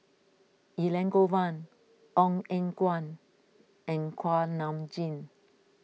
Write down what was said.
Elangovan Ong Eng Guan and Kuak Nam Jin